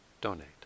donate